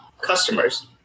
customers